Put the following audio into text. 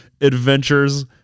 adventures